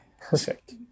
Perfect